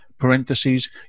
parentheses